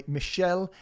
Michelle